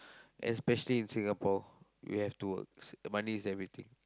especially in Singapore we have to work money is everything